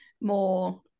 more